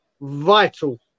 vital